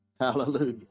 Hallelujah